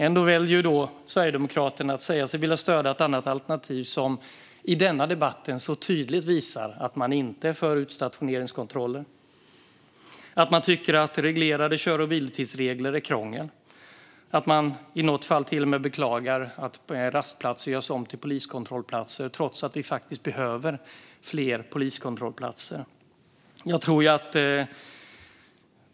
Ändå väljer Sverigedemokraterna att säga sig vilja stödja ett annat alternativ, som i denna debatt tydligt visar att man inte är för utstationeringskontroller och att man tycker att reglerade kör och vilotidsregler är krångel och som i något fall till och med beklagar att rastplatser görs om till poliskontrollplatser, trots att vi faktiskt behöver fler poliskontrollplatser.